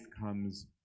comes